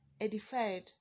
edified